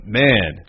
man